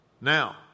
Now